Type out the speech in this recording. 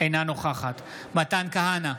אינה נוכחת מתן כהנא,